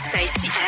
Safety